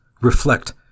reflect